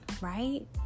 Right